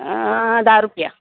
आं धा रुपया